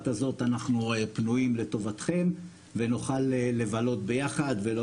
הזאת אנחנו פנויים לטובתכם ונוכל לבלות ביחד ולא